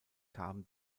kamen